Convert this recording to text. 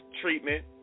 treatment